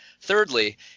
Thirdly